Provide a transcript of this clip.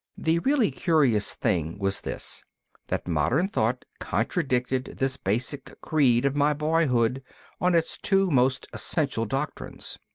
the really curious thing was this that modern thought contradicted this basic creed of my boyhood on its two most essential doctrines.